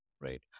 right